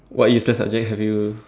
what useless subject have you